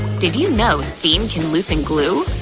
did you know steam can loosen glue?